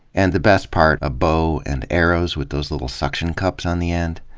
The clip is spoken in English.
and, the best part, a bow and arrows with those little suction cups on the end.